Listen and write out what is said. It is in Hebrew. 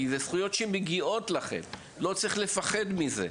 כי אלה זכויות שמגיעות לכם ולא צריך לפחד מזה.